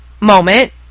moment